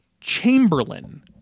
Chamberlain